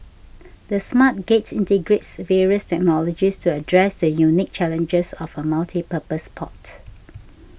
the Smart Gate integrates various technologies to address the unique challenges of a multipurpose port